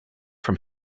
from